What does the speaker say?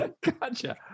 gotcha